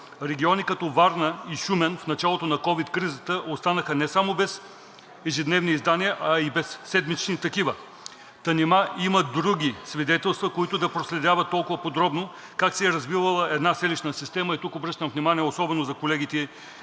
Региони като Варна и Шумен в началото на ковид кризата останаха не само без ежедневни издания, а и без седмични такива. Та нима има други свидетелства, които да проследяват толкова подробно как се е развивала една селищна система? Тук обръщам внимание, особено за колегите